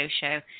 show